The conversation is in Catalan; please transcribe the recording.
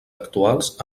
actuals